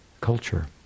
culture